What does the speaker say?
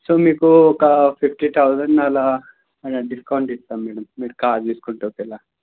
so మీకు ఒక fifty thousand అలా అలా డిస్కౌంట్ ఇస్తాం మేడమ్ మీరు కార్ తీసుకుంటే ఒకవేళ